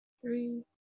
three